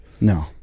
No